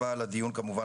תודה רבה על הדיון החשוב,